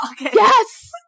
yes